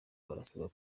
barasabwa